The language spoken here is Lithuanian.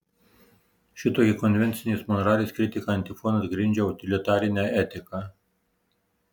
šitokia konvencinės moralės kritika antifonas grindžia utilitarinę etiką